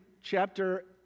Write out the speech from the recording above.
chapter